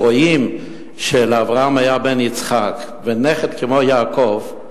רואים שלאברהם היה בן יצחק ונכד כמו יעקב,